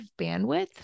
bandwidth